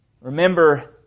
Remember